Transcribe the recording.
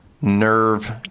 Nerve